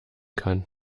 kann